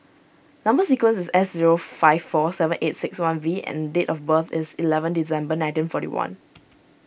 Number Sequence is S zero five four seven eight six one V and date of birth is eleven December nineteen forty one